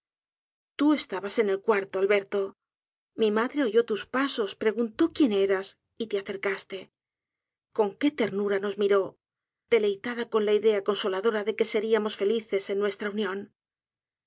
tú estabas en el cuarto alberto mi madre oyó tus pasos preguntó quién eras y te acercaste con qué ternura nos miró deleitada con la idea consoladora de que seriamos felices en nuestra unión